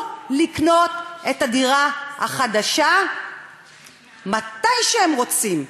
לקנות את הדירה החדשה מתי שהם רוצים,